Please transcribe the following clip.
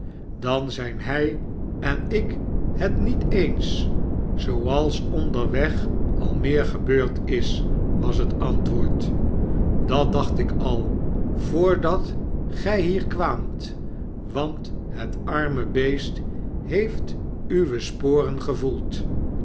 sdan zijn hij en ik het niet eens zooals onderweg al meer gebeurd is was het antwoord dat dacht ik al voordat gij hier kwaamt want het arme beest heeft uwe sporen gevoeld